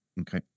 okay